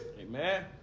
Amen